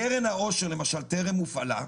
קרן העושר למשל טרם הופעלה,